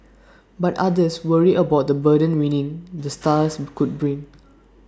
but others worry about the burden winning the stars could bring